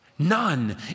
None